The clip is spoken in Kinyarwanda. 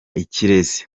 ikirezi